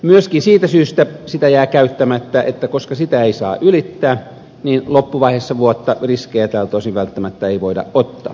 myöskin siitä syystä sitä jää käyttämättä että koska sitä ei saa ylittää niin loppuvaiheessa vuotta riskejä tältä osin välttämättä ei voida ottaa